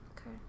okay